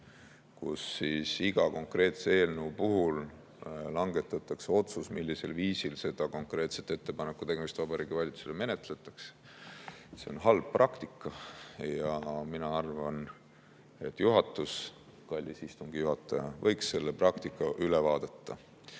et iga eelnõu puhul langetatakse otsus, mil viisil konkreetset ettepaneku tegemist Vabariigi Valitsusele menetletakse. See on halb praktika ja mina arvan, et juhatus, kallis istungi juhataja, võiks selle praktika üle vaadata.